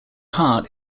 hart